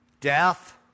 Death